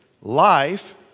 life